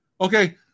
Okay